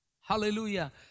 Hallelujah